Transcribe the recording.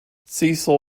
cecil